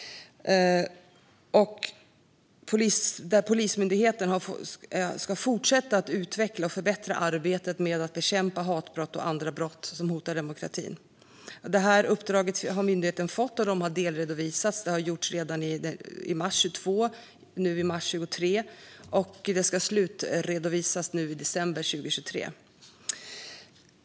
Polismyndigheten ska fortsätta att utveckla och förbättra arbetet med att bekämpa hatbrott och andra brott som hotar demokratin. Det uppdraget har myndigheten fått, och det har delredovisats i mars 2022 och nu i mars 2023. Och det ska slutredovisas i december 2023.